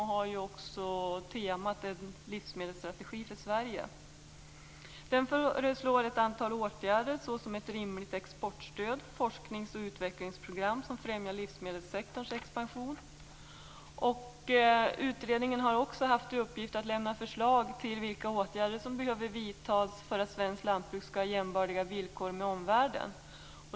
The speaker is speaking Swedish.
Temat är En livsmedelsstrategi för Sverige. Ett antal åtgärder föreslås, t.ex. ett rimligt exportstöd och forsknings och utvecklingsprogram som främjar livsmedelssektorns expansion. Utredningen har också haft i uppgift att lägga fram förslag till åtgärder som behöver vidtas för att svenskt lantbruk skall ha jämbördiga villkor med omvärlden.